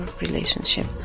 relationship